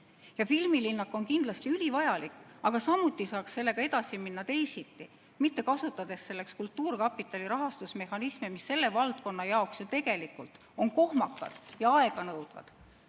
Ja filmilinnak on kindlasti ülivajalik, aga sellegagi saaks edasi minna teisiti, mitte kasutades selleks kultuurkapitali rahastusmehhanisme, mis selle valdkonna jaoks tegelikult on kohmakad ja aeganõudvad.